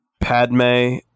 Padme